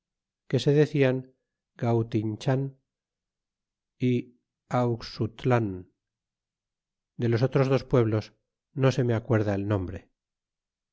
que se decian gautinchan y fluax utlan de los otros dos pueblos no se me acuerda el nombre